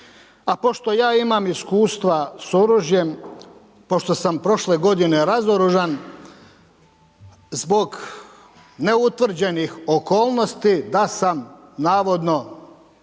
A pošto ja imam iskustva s oružjem, pošto sam prošle godine razoružan zbog neutvrđenih okolnosti da sam navodno